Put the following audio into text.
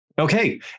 Okay